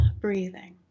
Breathing